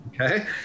Okay